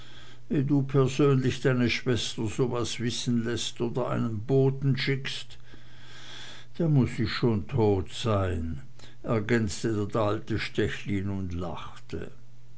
du persönlich deine schwester so was wissen läßt oder einen boten schickst da muß ich schon tot sein ergänzte der alte stechlin und lachte